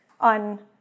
on